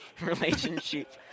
relationship